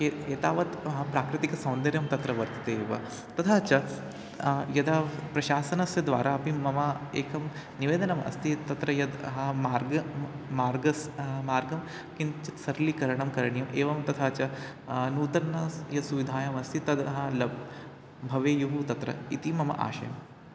ए एतावत् प्राकृतिकसौन्दर्यं तत्र वर्तते एव तथा च यदा प्रशासनस्य द्वारा अपि मम एकं निवेदनम् अस्ति तत्र यद् हा मार्गः मार्गस्य मार्गं किञ्चित् सरलीकरणं करणीयम् एवं तथा च नूतना या सुविधा अस्ति तद् हा लभ्यते भवेयुः तत्र इति मम आशयः